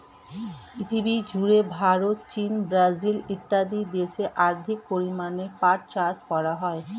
পৃথিবীজুড়ে ভারত, চীন, ব্রাজিল ইত্যাদি দেশে অধিক পরিমাণে পাট চাষ করা হয়